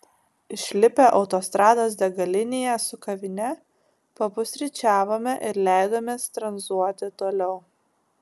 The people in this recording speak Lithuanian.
išlipę autostrados degalinėje su kavine papusryčiavome ir leidomės tranzuoti toliau